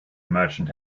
merchant